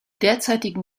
derzeitigen